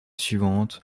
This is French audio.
suivante